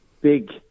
big